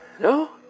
No